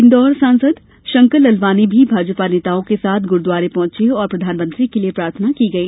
इंदौर सांसद शंकर लालवानी भी भाजपा नेताओं के साथ ग्रुद्वारे पहुंचे और प्रधानमंत्री के लिए प्रार्थना की गई